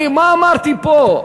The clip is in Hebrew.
אני, מה אמרתי פה?